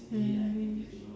mm